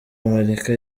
amerika